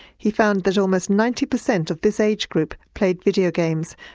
he found that almost ninety percent of this age group played video games,